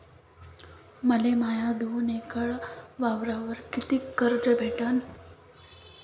मले माया दोन एकर वावरावर कितीक कर्ज भेटन?